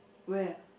where